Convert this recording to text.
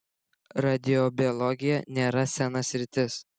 radiobiologija nėra sena sritis